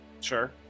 Sure